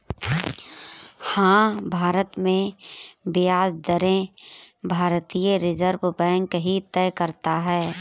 हाँ, भारत में ब्याज दरें भारतीय रिज़र्व बैंक ही तय करता है